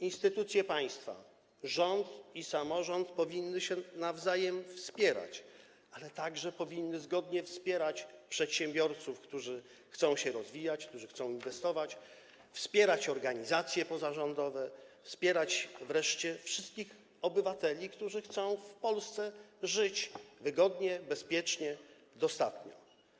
Instytucje państwa: rząd i samorząd powinny nawzajem się wspierać, ale także powinny zgodnie wspierać przedsiębiorców, którzy chcą się rozwijać, którzy chcą inwestować, wspierać organizacje pozarządowe, wspierać wreszcie wszystkich obywateli, którzy chcą w Polsce żyć wygodnie, bezpiecznie, dostatnio.